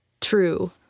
true